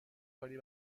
کاری